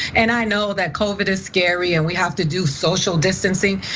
and i know that covid is scary and we have to do social distancing,